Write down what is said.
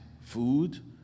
food